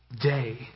day